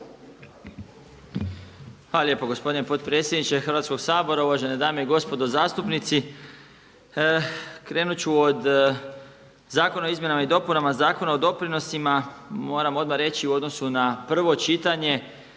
Hvala lijepo gospodine potpredsjedniče Hrvatskog sabora, uvažene dame i gospodo zastupnici. Krenut ću od Zakona o izmjenama i dopunama Zakona o doprinosima. Moram odmah reći u odnosu na prvo čitanje